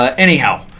ah anyhow.